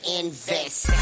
invest